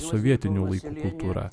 sovietinių laikų kultūra